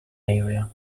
area